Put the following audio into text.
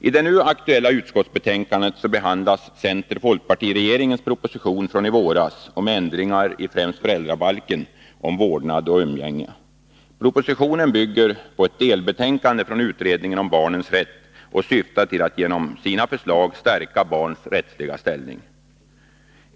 I det nu aktuella utskottsbetänkandet behandlas center-folkpartiregeringens proposition från i våras om ändringar i främst föräldrabalken om vårdnad och umgänge. Propositionen bygger på ett delbetänkande från utredningen om barnens rätt och syftar till att genom sina förslag stärka barns rättsliga ställning.